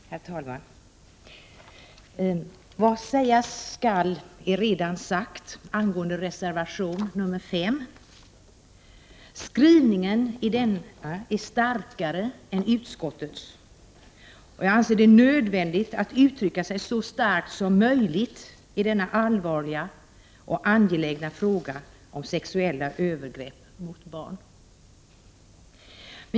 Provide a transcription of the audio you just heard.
Herr talman! Vad sägas skall är redan sagt angående reservation nr 5. Skrivningen i denna är starkare än utskottets. Jag anser det nödvändigt att uttrycka sig så starkt som möjligt i denna allvarliga och angelägna fråga om sexuella övergrepp mot barn.